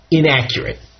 inaccurate